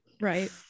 Right